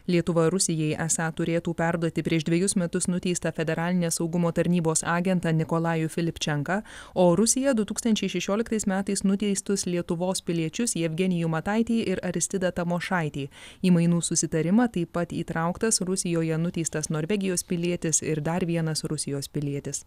lietuva rusijai esą turėtų perduoti prieš dvejus metus nuteistą federalinės saugumo tarnybos agentą nikolajų filipčenką o rusija du tūkstančiai šešioliktais metais nuteistus lietuvos piliečius jevgenijų mataitį ir aristidą tamošaitį į mainų susitarimą taip pat įtrauktas rusijoje nuteistas norvegijos pilietis ir dar vienas rusijos pilietis